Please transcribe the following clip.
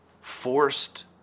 Forced